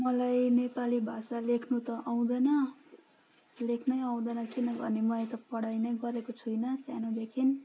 मलाई नेपाली भाषा लेख्नु त आउँदैन लेख्नै आउँदैन किनभने मैले त पढाई नै गरेको छुइनँ सानोदेखि